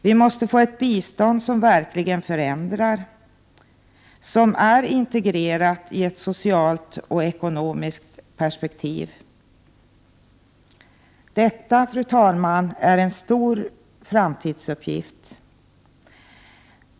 Vi måste få ett bistånd som verkligen förändrar, som är integrerat i ett socialt och ekonomiskt perspektiv. Detta, fru talman, är en stor framtidsuppgift.